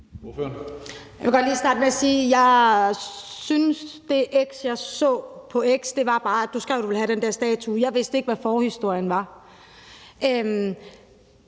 Jeg vil godt lige starte med at sige, at jeg synes, at det tweet, jeg så på X, bare var, at du skrev, at du ville have den der statue. Jeg vidste ikke, hvad forhistorien var.